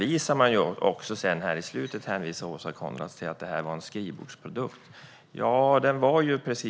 I slutet kallar Åsa Coenraads propositionen för en skrivbordsprodukt.